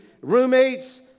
roommates